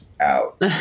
out